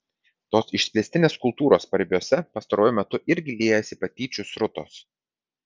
tos išplėstinės kultūros paribiuose pastaruoju metu irgi liejasi patyčių srutos